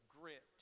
grit